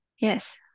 yes